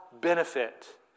benefit